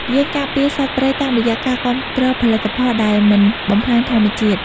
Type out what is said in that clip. យើងការពារសត្វព្រៃតាមរយៈការគាំទ្រផលិតផលដែលមិនបំផ្លាញធម្មជាតិ។